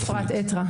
אטרה,